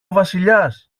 βασιλιάς